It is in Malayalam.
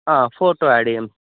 ആ ഫോട്ടോ ആഡ് ചെയ്യാം